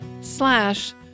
slash